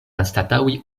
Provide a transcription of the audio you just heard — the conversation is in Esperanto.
anstataŭi